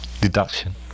deduction